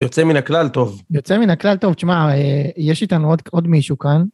יוצא מן הכלל טוב. יוצא מן הכלל טוב, תשמע יש איתנו עוד מישהו כאן.